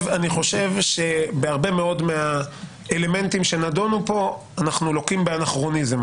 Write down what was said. חושב שבהרבה מאוד מהאלמנטים שנדונו פה אנחנו לוקים באנכרוניזם.